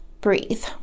breathe